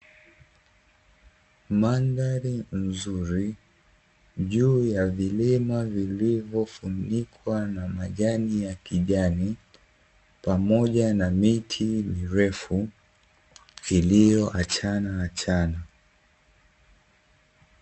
Mandhari nzuri, juu ya vilima vilivyofunikwa na majani ya kijani pamoja na miti mirefu iliyoachanaachana.